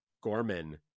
Gorman